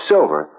Silver